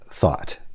Thought